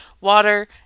water